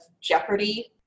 Jeopardy